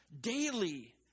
daily